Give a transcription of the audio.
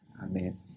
Amen